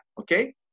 okay